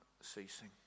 ceasing